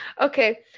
Okay